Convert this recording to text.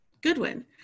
goodwin